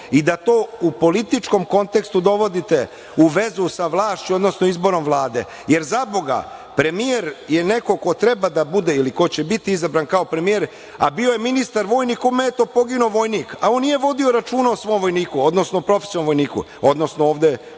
i da to u političkom kontekstu dovodite u vezu sa vlašću, odnosno izborom Vlade, jer zaboga, premijer je neko ko treba da bude ili ko će biti izabran kao premijer, a bio je ministar kome je poginuo vojnik, a on nije vodio računa o svom vojniku, odnosno profesionalnom vojniku, odnosno ovde